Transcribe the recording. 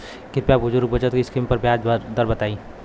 कृपया बुजुर्ग बचत स्किम पर ब्याज दर बताई